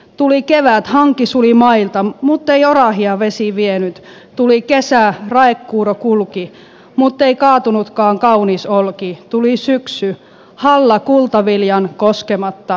tuli kevät hanki suli mailta mutt ei orahia vesi vienyt tuli kesä raekuuro kulki mutt ei kaatunutkaan kaunis olki tuli syksy halla kultaviljan koskematta korjaajalle säästi